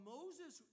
Moses